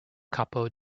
capo